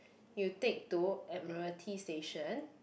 you take to Admiralty station